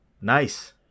Nice